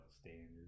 standards